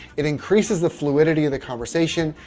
it increases the fluidity of the conversation.